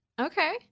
Okay